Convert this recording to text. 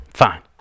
Fine